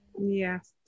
Yes